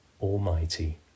Almighty